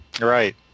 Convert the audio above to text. Right